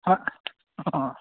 হয় অঁ